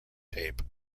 tape